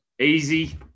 Easy